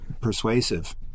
persuasive